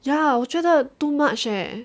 ya 我觉得 too much eh